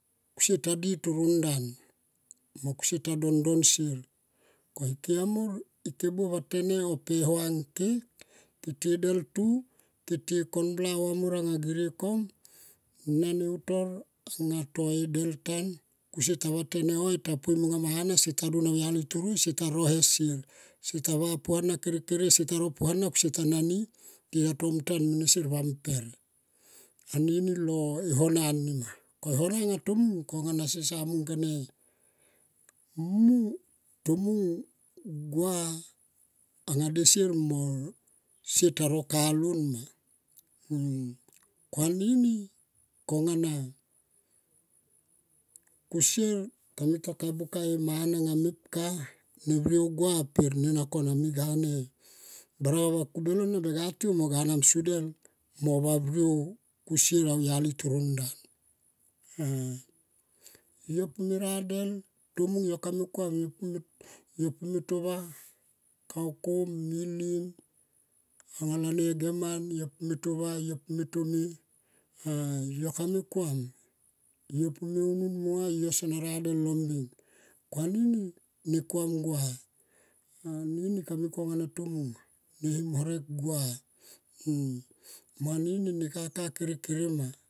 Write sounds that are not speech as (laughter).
Kusier ta di toron ndan mo kusier to dondon sier. Ko ike amo ike buop va tene ngke keti del tu. Ke tie kon bla on amor anga girie kom. Nane utor anga to e del tan kusieta vatene oi ta poi au yali ma hana kusieta dun auyali toro seta no e sier. Sieta va puana kere kere sieta ro puana sieta nani. Tita tom tan mene sier va mper anini lo ehona nima. Ko e hona nga tomung konga na sie sa mung kone. Mu tomung gua anga de sier mo sier ta no kalon. (noise) Ko anini konga na kusier kami ta ka buka e mana nga mepka ne vriou gua kona nena miga ne. Bara vakube nemi ga tiou mo ga vamsu del mo vavriou kusier au yali torondan. Yo pume ra del, tomung yo pu me tora kaukum, milim, anga lane geman yo pu me ntova, yo pu me ntome. Yokame kuam yopu me unun monga yo son radel lo mbeng. Ko anini ne kuam gua. Anini ka mi kona tomung em horek gua mo anini ne kaka kere kere ma.